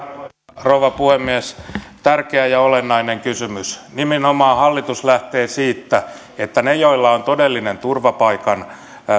rouva puhemies tärkeä ja olennainen kysymys nimenomaan hallitus lähtee siitä että niiden joilla on todellinen turvapaikan